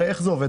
איך זה עובד?